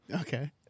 okay